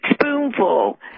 Spoonful